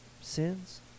sins